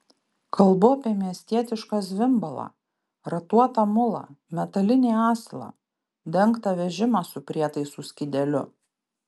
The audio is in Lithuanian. kalbu apie miestietišką zvimbalą ratuotą mulą metalinį asilą dengtą vežimą su prietaisų skydeliu